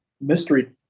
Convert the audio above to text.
mystery